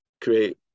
create